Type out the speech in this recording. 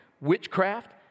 witchcraft